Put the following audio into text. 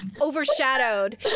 overshadowed